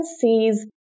sees